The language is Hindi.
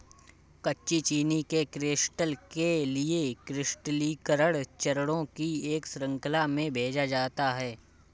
कच्ची चीनी के क्रिस्टल के लिए क्रिस्टलीकरण चरणों की एक श्रृंखला में भेजा जाता है